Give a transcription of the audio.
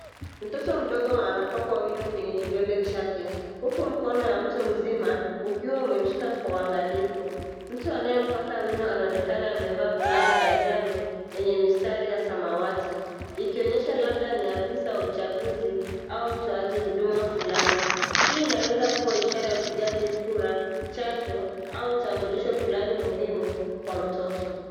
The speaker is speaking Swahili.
Mtoto mdogo anapakwa wino kweney kidole chake huku mkono ya mtu mzima ukiwa umemshika kwa uangalifu. Mtu anayempaka wino anaonekana amevaa fulana ya njano yenye mistari ya samawati ikionyesha labda ni afisa wa uchaguzi au mtoaji huduma fulani. Hii inaweza kuwa ishara ya upigaji kura, chanjo au tambulisho fulani muhimu kwa mtoto.